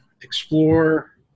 explore